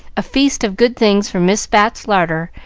a feast of good things from miss bat's larder,